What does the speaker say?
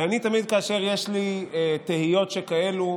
ותמיד, כאשר יש לי תהיות שכאלה,